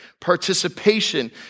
participation